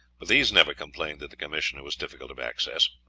but these never complained that the commissioner was difficult of access.